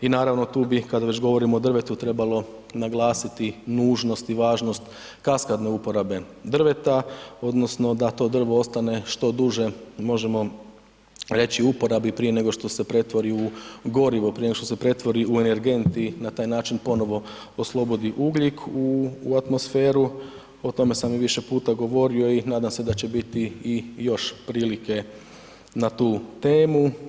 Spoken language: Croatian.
I naravno tu bi, kad već govorimo o drvetu trebalo naglasiti nužnost i važnost kaskadne uporabe drveta odnosno da to drvo ostane što duže, možemo reći, u uporabi prije nego što se pretvori u gorivo, prije nego što se pretvori u energent i na taj način ponovo oslobodi ugljik u atmosferu, o tome sam i više puta govorio i nadam se da će biti i još prilike na tu temu.